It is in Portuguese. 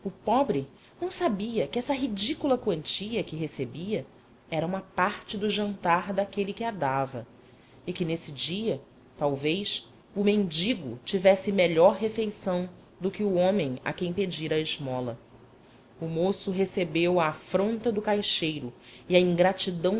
pobre não sabia que essa ridícula quantia que recebia era uma parte do jantar daquele que a dava e que nesse dia talvez o mendigo tivesse melhor refeição do que o homem a quem pedira a esmola o moço recebeu a afronta do caixeiro e a ingratidão